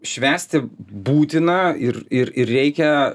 švęsti būtina ir ir ir reikia